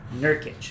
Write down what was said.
Nurkic